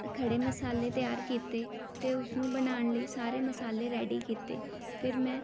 ਖੜੇ ਮਸਾਲੇ ਤਿਆਰ ਕੀਤੇ ਅਤੇ ਉਸਨੂੰ ਬਣਾਉਣ ਲਈ ਸਾਰੇ ਮਸਾਲੇ ਰੈਡੀ ਕੀਤੇ ਫਿਰ ਮੈਂ